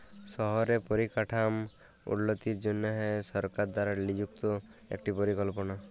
শহরে পরিকাঠাম উল্যতির জনহে সরকার দ্বারা লিযুক্ত একটি পরিকল্পলা